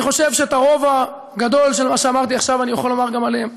אני חושב שאת הרוב הגדול של מה שאמרתי עכשיו אני יכול לומר גם עליהם: